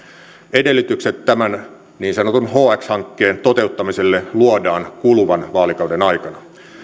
edellytykset tämän niin sanotun hx hankkeen toteuttamiselle luodaan kuluvan vaalikauden aikana